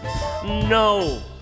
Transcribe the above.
No